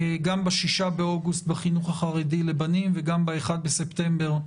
גם ב-6 באוגוסט בחינוך החרדי לבנים וגם ב-1 בספטמבר,